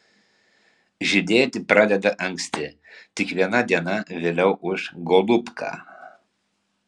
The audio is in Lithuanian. žydėti pradeda anksti tik viena diena vėliau už golubką